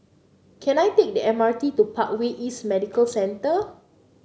can I take the M R T to Parkway East Medical Centre